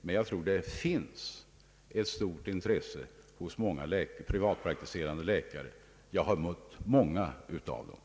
Men jag tror att det finns ett stort intresse hos många privatpraktiserande läkare för detta system. Jag har mött det på flera håll.